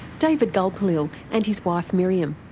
david gulpilil and his wife miriam.